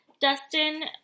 Dustin